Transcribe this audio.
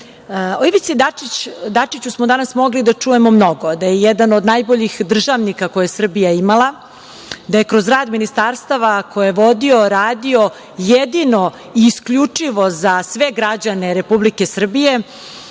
Ivici Dačiću smo danas mogli da čujemo mnogo, da je jedan od najboljih državnika koje je Srbija imala, da je kroz rad ministarstava koje je vodio, jedino i isključivo za sve građane Republike Srbije